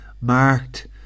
marked